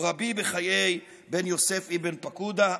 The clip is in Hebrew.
או רבי בחיי בן יוסף אבן פקודה,